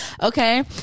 Okay